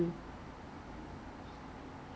usually 开这些店 hor 一下子就倒了